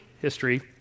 history